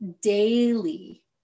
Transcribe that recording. daily